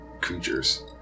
creatures